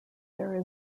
there